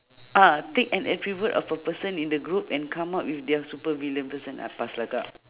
ah take an attribute of a person in the group and come up with their supervillain person uh pass lah kak